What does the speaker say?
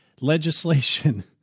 legislation